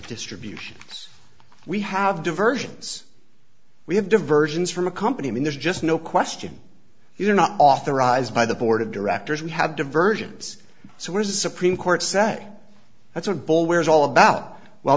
distributions we have diversions we have diversions from a company when there's just no question you are not authorized by the board of directors we have divergence so where is the supreme court say that's a ball where is all about well